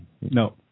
No